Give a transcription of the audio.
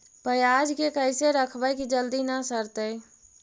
पयाज के कैसे रखबै कि जल्दी न सड़तै?